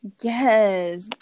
yes